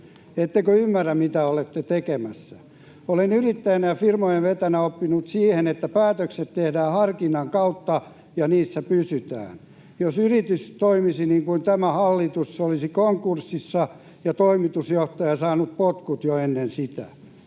Ettekö ymmärrä, mitä olette tekemässä? Olen yrittäjänä ja firmojen vetäjänä oppinut siihen, että päätökset tehdään harkinnan kautta ja niissä pysytään. Jos yritys toimisi niin kuin tämä hallitus, se olisi konkurssissa ja toimitusjohtaja saanut potkut jo ennen sitä.